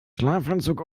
schlafanzug